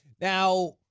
Now